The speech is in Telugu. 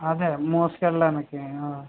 అదే మోసుకెళ్ళడానికి